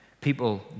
People